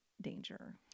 danger